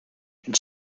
and